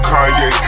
Kanye